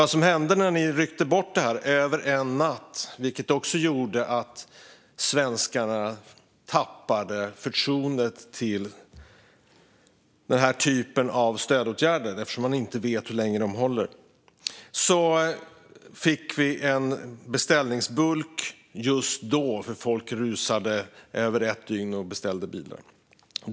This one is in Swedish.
Vad som hände när regeringen ryckte bort detta över en natt, vilket också gjorde att svenskarna tappade förtroendet för denna typ av stödåtgärder eftersom man inte vet hur länge de gäller, var att vi just då fick en beställningsbulk, för folk rusade och beställde bilar under ett dygn.